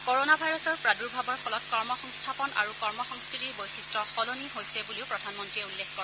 corona ভাইৰাছৰ প্ৰাদুৰ্ভাৱৰ ফলত কৰ্মসংস্থাপন আৰু কৰ্মসংস্থাতিৰ বৈশিষ্ট্য সলনি হৈছে বুলিও প্ৰধানমন্ত্ৰীয়ে উল্লেখ কৰে